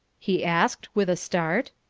he asked, with a start.